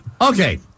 Okay